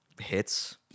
hits